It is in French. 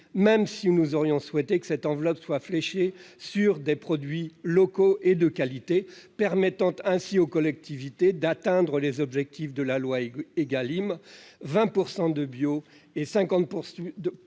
même si nous aurions préféré que cette enveloppe soit fléchée vers des produits locaux et de qualité, permettant ainsi aux collectivités d'atteindre les objectifs fixés par la loi Égalim : 20 % de bio et 50 % de produits